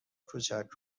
کوچک